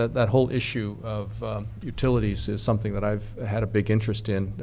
that whole issue of utilities is something that i've had a big interest in,